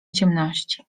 ciemności